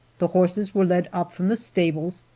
the horses were led up from the stables,